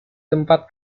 tempat